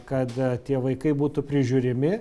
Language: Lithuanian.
kad tie vaikai būtų prižiūrimi